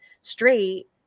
straight